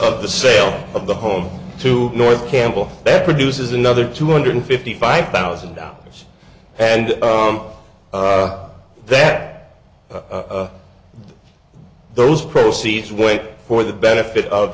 of the sale of the home to north campbell that produces another two hundred fifty five thousand dollars and that those proceeds wait for the benefit of